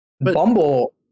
Bumble